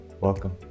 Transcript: Welcome